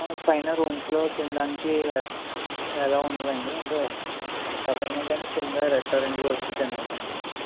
పైన రూమ్స్ లో తినడానికి అలౌ ఉండదండి అంటే ఎవరైనా కానీ కింద రెస్టారెంట్ కి వచ్చి తినాల్సి ఉంటుంది